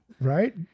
Right